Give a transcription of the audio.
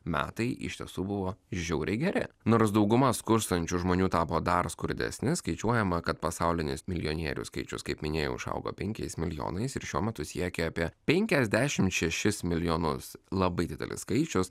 metai iš tiesų buvo žiauriai geri nors dauguma skurstančių žmonių tapo dar skurdesni skaičiuojama kad pasaulinis milijonierių skaičius kaip minėjau užaugo penkiais milijonais ir šiuo metu siekia apie penkiasdešimt šešis milijonus labai didelis skaičius